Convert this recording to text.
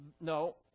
no